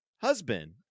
husband